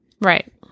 right